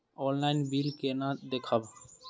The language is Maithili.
ऑनलाईन बिल केना देखब?